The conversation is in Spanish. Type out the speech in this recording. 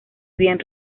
bien